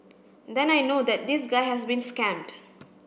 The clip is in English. then I know that this guy has been scammed